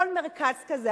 כל מרכז כזה,